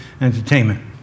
entertainment